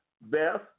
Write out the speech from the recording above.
Beth